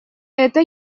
это